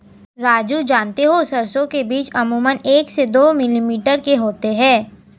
राजू जानते हो सरसों के बीज अमूमन एक से दो मिलीमीटर के होते हैं